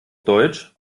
deutsch